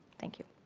thank you.